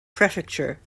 prefecture